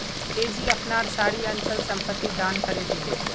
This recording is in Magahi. तेजी अपनार सारी अचल संपत्ति दान करे दिले